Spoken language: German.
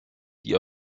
die